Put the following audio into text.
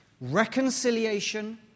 Reconciliation